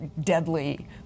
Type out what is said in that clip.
deadly